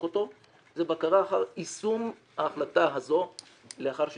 אותו זה בקרה אחר יישום ההחלטה הזו לאחר שתתקבל.